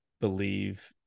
Believe